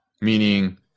Meaning